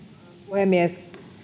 puhemies